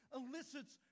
elicits